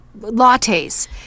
lattes